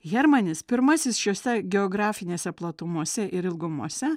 hermanis pirmasis šiose geografinėse platumose ir ilgumose